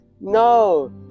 No